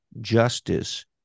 justice